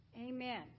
Amen